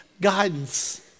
guidance